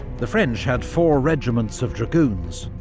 the french had four regiments of dragoons,